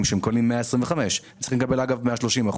שמקבלים 125% - הם צריכים לקבל 130%